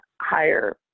higher